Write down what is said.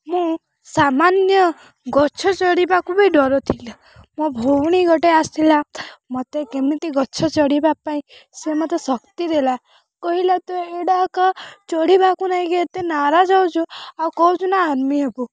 ମୁଁ ସାମାନ୍ୟ ଗଛ ଚଢ଼ିବାକୁ ବି ଡର ଥିଲା ମୋ ଭଉଣୀ ଗୋଟେ ଆସିଲା ମୋତେ କେମିତି ଗଛ ଚଢ଼ିବା ପାଇଁ ସେ ମୋତେ ଶକ୍ତି ଦେଲା କହିଲା ତୁ ଏଗୁଡ଼ାକ ଚଢ଼ିବାକୁ ନେଇକି ଏତେ ନାରାଜ ହେଉଛୁ ଆଉ କହୁଛୁ ନା ଆର୍ମି ହେବୁ